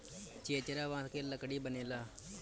चेचरा बांस के लकड़ी बनेला